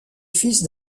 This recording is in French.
fils